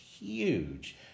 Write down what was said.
huge